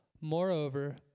Moreover